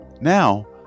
Now